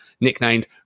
nicknamed